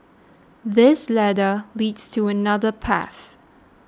this ladder leads to another path